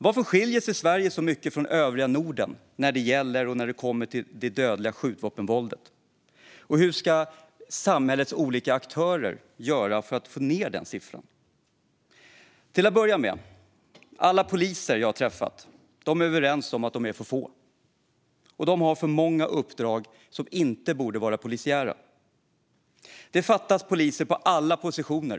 Varför skiljer sig Sverige så mycket från övriga Norden när det gäller det dödliga skjutvapenvåldet, och hur ska samhällets olika aktörer göra för att få ned den här siffran? Till att börja med är alla poliser jag har träffat överens om att de är för få. Och de har för många uppdrag som inte borde vara polisiära. Det fattas poliser på alla positioner.